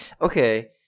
Okay